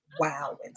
Wow